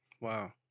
wow